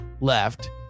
left